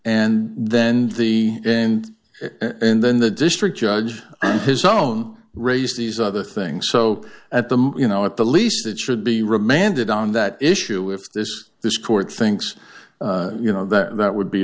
and then the and and then the district judge and his own raise these other things so at the you know at the least it should be remanded on that issue if this this court thinks you know that that would be